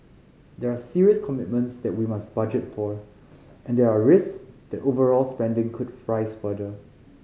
there are serious commitments that we must budget for and there are risks that overall spending could rise further